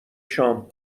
شام